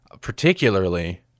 particularly